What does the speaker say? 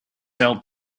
sell